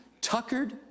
tuckered